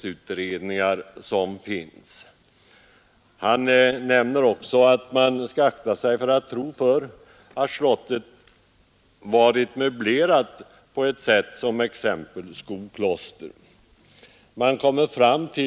Landsantikvarien säger också att man skall akta sig för att tro att slottet varit möblerat exempelvis såsom Skokloster.